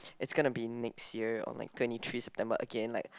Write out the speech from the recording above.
it's gonna be next year or like twenty three September again like